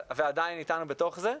ועדיין איתנו בתוך זה.